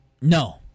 No